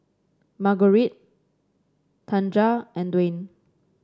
Margurite Tanja and Dwayne